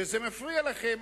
וזה מפריע לכם,